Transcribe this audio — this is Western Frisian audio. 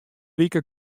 wike